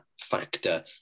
factor